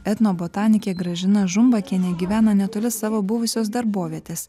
etnobotanikė gražina žumbakienė gyvena netoli savo buvusios darbovietės